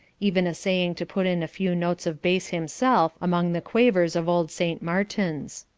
even essaying to put in a few notes of bass himself among the quavers of old st. martins.